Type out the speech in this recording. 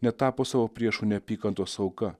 netapo savo priešų neapykantos auka